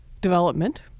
development